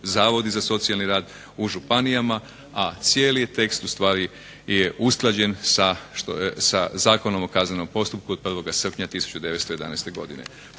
za socijalni rad u županijama, a cijeli tekst ustvari je usklađen sa Zakonom o kaznenom postupku od 1. srpnja 2011. godine.